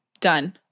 Done